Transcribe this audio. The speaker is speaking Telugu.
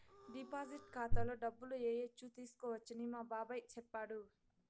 డిపాజిట్ ఖాతాలో డబ్బులు ఏయచ్చు తీసుకోవచ్చని మా బాబాయ్ చెప్పాడు